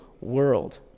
world